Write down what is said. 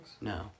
No